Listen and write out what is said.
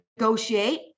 negotiate